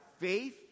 faith